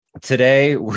today